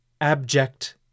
abject